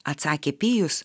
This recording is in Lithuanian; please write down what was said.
atsakė pijus